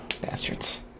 Bastards